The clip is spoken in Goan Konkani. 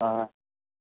आं